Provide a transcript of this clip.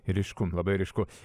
ryšku labai ryšku